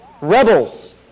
rebels